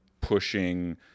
pushing